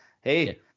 Hey